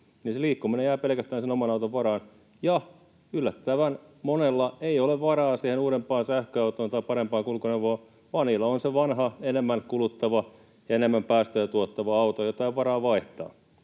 liikkuminen jää pelkästään sen oman auton varaan. Yllättävän monella ei ole varaa uudempaan sähköautoon tai parempaan kulkuneuvoon, vaan niillä on se vanha, enemmän kuluttava ja enemmän päästöjä tuottava auto, jota ei ole varaa vaihtaa.